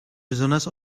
besonders